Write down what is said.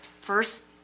first